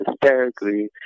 hysterically